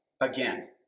again